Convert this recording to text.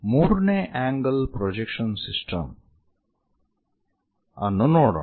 ಮೂರನೇ angle projection system ಅನ್ನು ನೋಡೋಣ